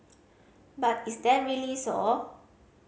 but is that really so